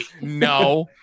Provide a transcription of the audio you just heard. no